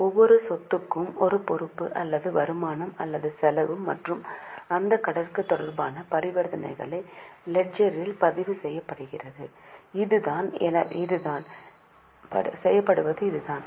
ஒவ்வொரு சொத்துக்கும் ஒரு பொறுப்பு அல்லது வருமானம் அல்லது செலவு மற்றும் அந்த கணக்கு தொடர்பான பரிவர்த்தனைகள் லெட்ஜரில் பதிவு செய்யப்படுவது இதுதான்